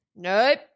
Nope